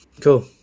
Cool